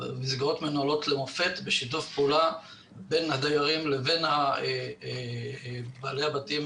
המסגרות מנוהלות למופת בשיתוף פעולה בין הדיירים לבין בעלי הבתים,